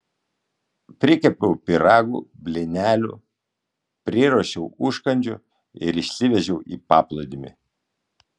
prikepiau pyragų blynelių priruošiau užkandžių ir išsivežiau į paplūdimį